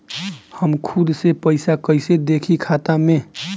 हम खुद से पइसा कईसे देखी खाता में?